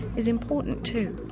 is important too.